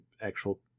actual